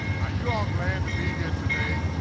are you all glad to be here today?